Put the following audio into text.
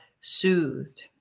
soothed